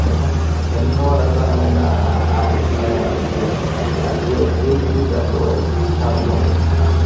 అట ఎన్నో రకాలమైన క్రియేటివిటీస్ దాంట్లో అవి షార్ట్స్లో ఉంటాయి మీకు దాంట్లో